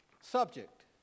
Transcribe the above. subject